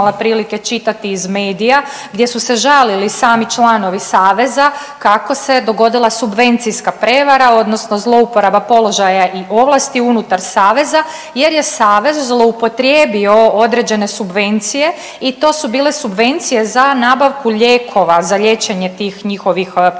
prilike čitati iz medija, gdje su se žalili sami članovi saveza kako se dogodila subvencijska prevara odnosno zlouporaba položaja i ovlasti unutar saveza jer je savez zloupotrijebio određene subvencije i to su bile subvencije za nabavku lijekova za liječenje tih njihovih pčela